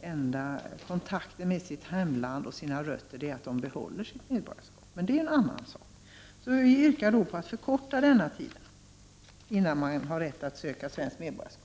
enda kontakten de har med sitt hemland och sina rötter är att de behåller sitt medborgarskap. Men det är en annan sak. Vi yrkar alltså att man förkortar tiden innan man har rätt att söka svenskt medborgarskap.